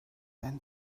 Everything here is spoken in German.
ein